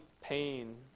pain